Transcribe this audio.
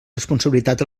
responsabilitat